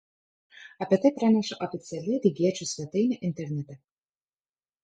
apie tai praneša oficiali rygiečių svetainė internete